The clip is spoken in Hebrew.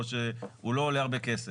או משהו שלא עולה על הרבה כסף,